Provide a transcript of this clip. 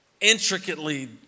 intricately